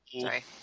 Sorry